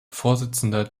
vorsitzender